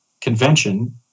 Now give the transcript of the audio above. convention